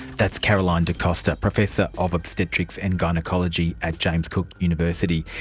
that's caroline de costa, professor of obstetrics and gynaecology at james cook university.